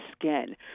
skin